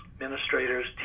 administrators